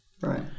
Right